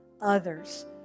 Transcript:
others